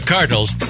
Cardinals